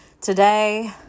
Today